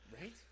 Right